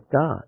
God